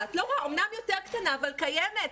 אומנם יותר קטנה, אבל קיימת.